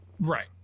Right